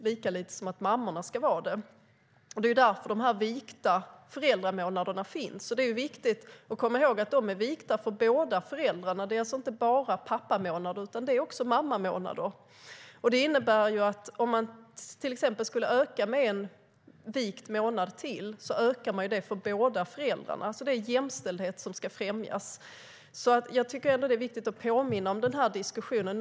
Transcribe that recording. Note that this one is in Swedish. Vi vill inte heller att mammorna ska vara det. Jag tycker att det är viktigt att påminna om den diskussionen.